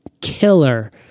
killer